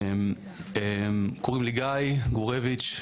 קוראים לי גיא גורביץ',